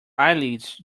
eyelids